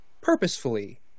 purposefully